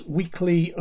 weekly